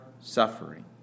suffering